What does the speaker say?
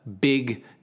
Big